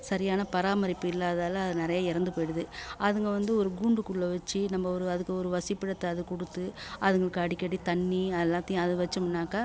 சரியான பராமரிப்பு இல்லாதால் அது நிறைய இறந்து போய்டுது அதுங்க வந்து ஒரு கூண்டுக்குள்ளே வெச்சு நம்ம ஒரு அதுக்கு ஒரு வசிப்பிடத்தை அதுக்கு கொடுத்து அதுங்களுக்கு அடிக்கடி தண்ணி அது எல்லாத்தையும் அது வெச்சோம்னாக்கா